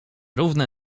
równe